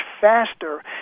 faster